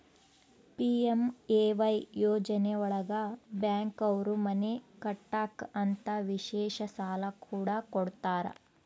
PMAY ಯೋಜನೆ ಒಳಗ bank ಅವ್ರು ಮನೆ ಕಟ್ಟಕ್ ಅಂತ ವಿಶೇಷ ಸಾಲ ಕೂಡ ಕೊಡ್ತಾರ